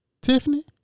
Tiffany